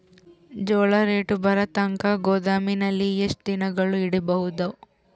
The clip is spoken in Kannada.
ಜೋಳ ರೇಟು ಬರತಂಕ ಗೋದಾಮಿನಲ್ಲಿ ಎಷ್ಟು ದಿನಗಳು ಯಿಡಬಹುದು?